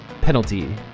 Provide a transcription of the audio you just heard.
penalty